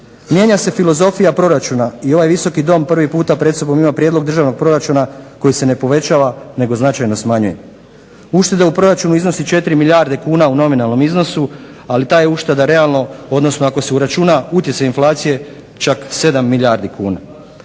Mijenja se filozofija proračuna i ovaj Visoki dom prvi puta pred sobom ima prijedlog državnog proračuna koji se ne povećava nego značajno smanjuje. Uštede u proračunu iznose 4 milijarde kuna u nominalnom iznosu, ali ta je ušteda realno u odnosu ako se uračuna utjecaj inflacije čak 7 milijardi kuna.